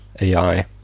AI